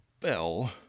bell